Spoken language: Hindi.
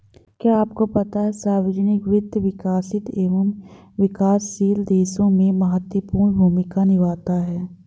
क्या आपको पता है सार्वजनिक वित्त, विकसित एवं विकासशील देशों में महत्वपूर्ण भूमिका निभाता है?